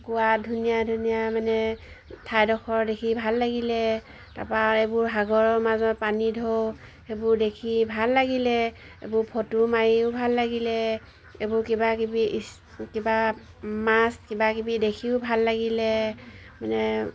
গোৱা ধুনীয়া ধুনীয়া মানে ঠাইডখৰ দেখি ভাল লাগিলে তাৰপা এইবোৰ সাগৰৰ মাজত পানী ঢৌ সেইবোৰ দেখি ভাল লাগিলে এইবোৰ ফটো মাৰিও ভাল লাগিলে এইবোৰ কিবা কিবি ইছ কিবা মাছ কিবাকিবি দেখিও ভাল লাগিলে মানে